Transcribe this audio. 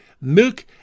milk